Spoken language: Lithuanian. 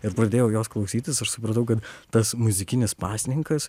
ir pradėjau jos klausytis aš supratau kad tas muzikinis pasninkas